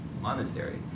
monastery